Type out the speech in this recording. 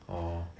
orh